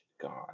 God